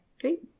Great